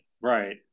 Right